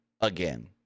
again